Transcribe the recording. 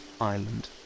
Island